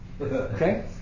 Okay